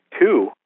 Two